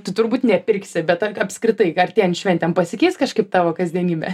tu turbūt nepirksi bet ar apskritai artėjant šventėms pasikeis kažkaip tavo kasdienybė